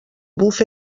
bufe